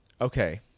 Okay